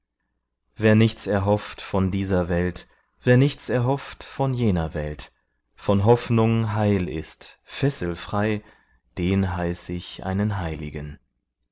wer nichts erhofft von dieser welt wer nichts erhofft von jener welt von hoffnung heil ist fesselfrei den heiß ich einen heiligen